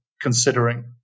considering